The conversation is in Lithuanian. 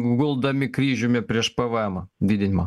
guldami kryžiumi prieš pvmo didinimą